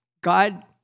God